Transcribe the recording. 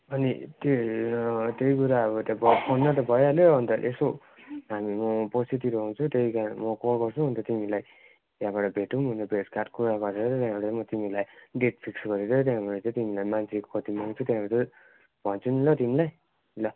अनि त्यही त्यही कुरा अब त्यहाँ फोनमा त भइहाल्यो अन्त यसो हामी म पछितिर आउँछु त्यही कारण म कल गर्छु अन्त तिमीलाई त्यहाँबाट भेटौँ अनि भेटघाट कुरा गरेर त्यहाँबाट म तिमीलाई डेट फिक्स गरेर त्यहाँबाट चाहिँ तिमीलाई मान्छे कति ल्याउँछु त्यहाँबाट भन्छु नि ल तिमीलाई ल